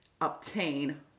obtain